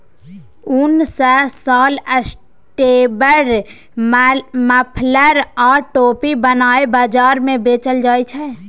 उन सँ साल, स्वेटर, मफलर आ टोपी बनाए बजार मे बेचल जाइ छै